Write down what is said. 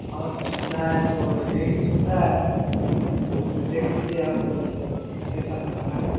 और सो सुविधा है सो यही सुविधा है इसमें देख लीजिए आपको इसमें किसके साथ चलना है